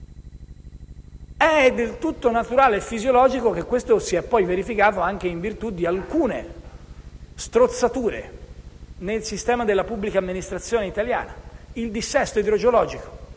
È del tutto naturale e fisiologico che questo si sia poi verificato in virtù anche di alcune strozzature nel sistema della pubblica amministrazione italiana: penso al dissesto idrogeologico,